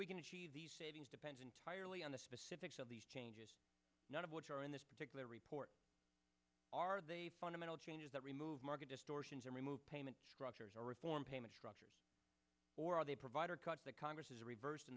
we can achieve these savings depends entirely on the specifics of these changes none of which are in this particular report are they fundamental changes that remove market distortions or remove payment structures or reform payment structures or are they provider cuts that congress has reversed in